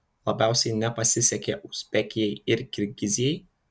labiausiai nepasisekė uzbekijai ir kirgizijai